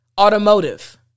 automotive